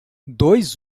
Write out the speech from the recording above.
dois